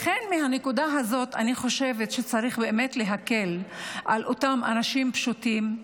לכן בנקודה הזאת אני חושבת שצריך באמת להקל על אותם אנשים פשוטים,